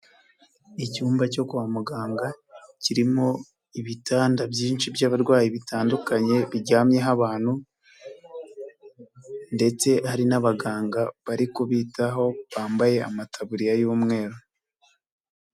Icyumba cyo kwa muganga kirimo ibitanda byinshi by'abarwayi bitandukanye biryamyeho abantu ndetse hari n'abaganga bari kubitaho bambaye amataburiya y'umweru.